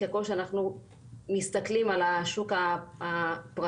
ככל שאנחנו מסתכלים על השוק הפרטי,